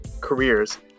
careers